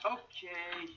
Okay